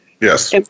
Yes